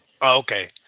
okay